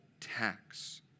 tax